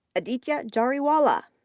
aditya jariwala,